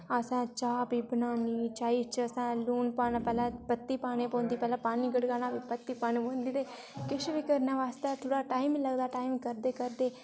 अ'सें चाह् बी बनानी चाही च अ'सें लून पाना पैह्ले पत्ती पाने पौंदी पैह्ले पानी गड़काना पत्ती पाने पौंदी प्ही किश बी करने वास्तै थोह्ड़ा टाइम बी लगदा टाइम करदे करदे